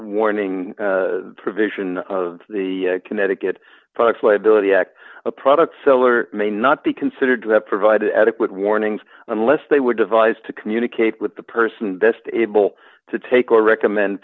warning provision of the connecticut product liability act a product seller may not be considered to have provided adequate warnings unless they were devised to communicate with the person best able to take or recommend